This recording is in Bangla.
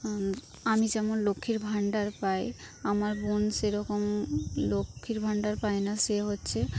আমি যেমন লক্ষ্মীর ভাণ্ডার পাই আমার বোন সেরকম লক্ষ্মীর ভাণ্ডার পায় না সে হচ্ছে